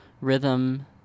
rhythm